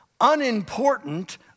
unimportant